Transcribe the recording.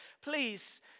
please